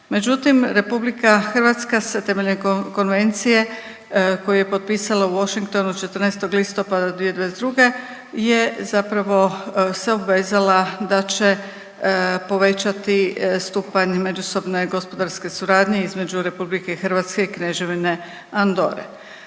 Međutim, Republika Hrvatska se temeljem konvencije koju je potpisala u Washingtonu 14. listopada 2022. je zapravo se obvezala da će povećati stupanj međusobne gospodarske suradnje između Republike Hrvatske i Kneževine Andore.